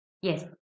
Yes